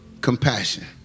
compassion